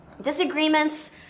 disagreements